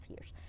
years